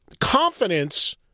confidence